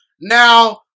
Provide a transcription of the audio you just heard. Now